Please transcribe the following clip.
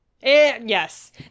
yes